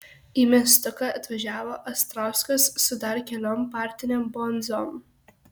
į miestuką atvažiavo astrauskas su dar keliom partinėm bonzom